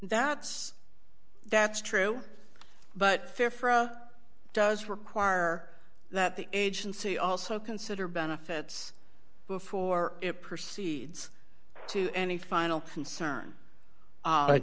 that's that's true but it does require that the agency also consider benefits before it proceeds to any final concern